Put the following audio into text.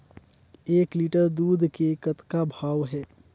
एक लिटर दूध के कतका भाव हे?